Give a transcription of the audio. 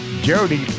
Jody